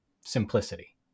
simplicity